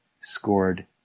scored